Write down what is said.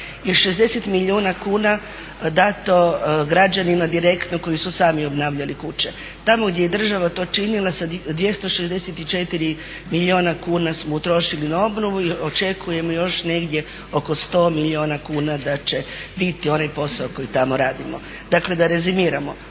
60 milijuna kuna dato građanima direktno koji su sami obnavljali kuće. Tamo gdje je država to činila sa 264 milijuna kuna smo utrošili na obnovu i očekujemo još negdje oko 100 milijuna kuna da će biti onaj posao koji tamo radimo. Dakle da rezimiramo,